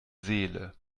seele